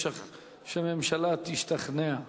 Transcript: שהממשלה תשתכנע.